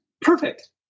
Perfect